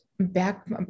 back